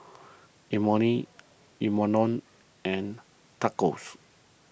Imoni and Tacos